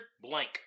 Blank